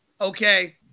okay